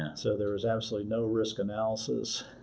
and so, there was absolutely no risk analysis.